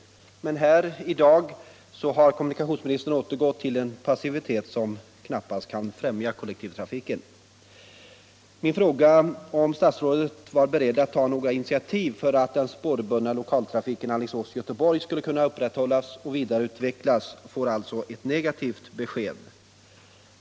Men i sitt svar i dag har kommunikationsministern återgått till en passivitet som knappast kan främja kollektivtrafiken. På min fråga om statsrådet var beredd att ta några initiativ för att den spårbundna lokaltrafiken Alingsås-Göteborg skulle kunna upprätthållas och vidareutvecklas får jag alltså negativt besked.